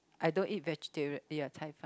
I don't eat vegetarian ya Cai Fan